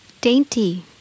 dainty